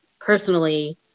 personally